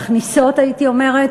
מכניסות הייתי אומרת,